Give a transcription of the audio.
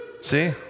See